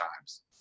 times